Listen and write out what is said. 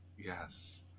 Yes